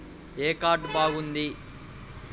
ఏ card బాగుంది?